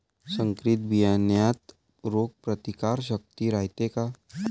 संकरित बियान्यात रोग प्रतिकारशक्ती रायते का?